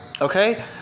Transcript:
Okay